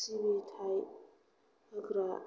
सिबिथाय होग्रा